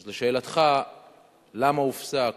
אז לשאלתך למה הופסק,